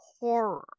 horror